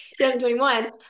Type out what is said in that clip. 2021